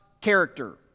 character